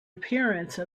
appearance